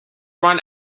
run